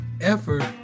effort